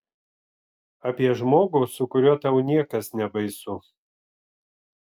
apie žmogų su kuriuo tau niekas nebaisu